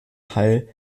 teil